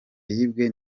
yibwe